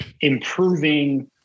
improving